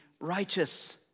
righteous